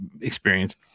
experience